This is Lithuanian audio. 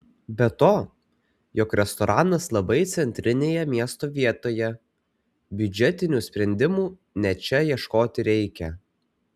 be to juk restoranas labai centrinėje miesto vietoje biudžetinių sprendimų ne čia ieškoti reikia